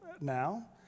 now